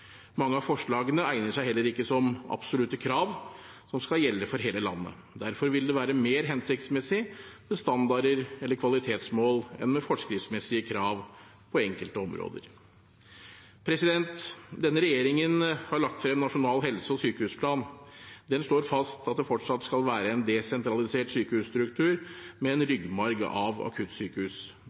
Mange av forslagene egner seg heller ikke som absolutte krav som skal gjelde for hele landet. Derfor vil det være mer hensiktsmessig med standarder eller kvalitetsmål enn med forskriftsmessige krav på enkelte områder. Denne regjeringen har lagt frem Nasjonal helse- og sykehusplan. Den slår fast at det fortsatt skal være en desentralisert sykehusstruktur med en ryggmarg av akuttsykehus.